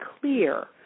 clear